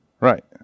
Right